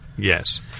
Yes